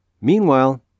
Meanwhile